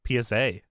PSA